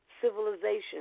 civilization